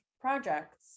projects